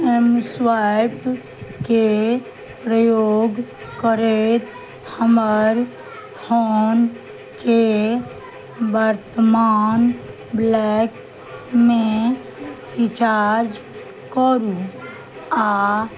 M स्वाइपके प्रयोग करैत हमर फोनके वर्तमान ब्लैकमे रिचार्ज करू आओर